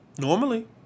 Normally